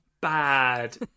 bad